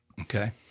Okay